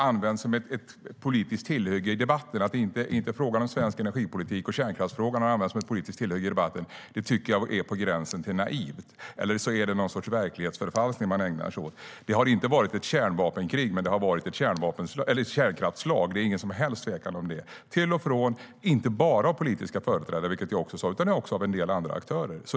Att påstå att frågan om svensk energipolitik och kärnkraftsfrågan inte har använts som ett politiskt tillhygge i debatten tycker jag är på gränsen till naivt, eller också är det någon sorts verklighetsförfalskning man ägnar sig åt. Det har inte varit ett kärnvapenkrig, men det har varit ett kärnkraftsslag - det är ingen som helst tvekan om det. Det har varit till och från och inte bara från politiska företrädare, vilket jag också sa, utan också från en del andra aktörer.